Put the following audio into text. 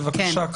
בבקשה,